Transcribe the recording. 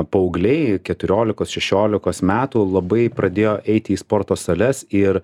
paaugliai keturiolikos šešiolikos metų labai pradėjo eiti į sporto sales ir